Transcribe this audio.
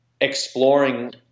exploring